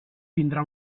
tindrà